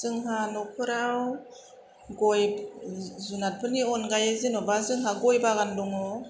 जोंहा नखराव गय जुनारफोरनि अनगायै जेनबा जोंहा गय बागान दङ